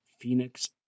Phoenix